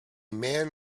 man